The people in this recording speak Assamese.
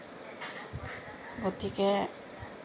গতিকে